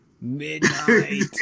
midnight